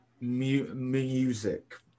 music